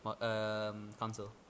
council